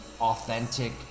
authentic